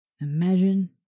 Imagine